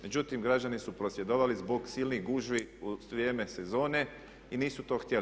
Međutim, građani su prosvjedovali zbog silnih gužvi u vrijeme sezone i nisu to htjeli.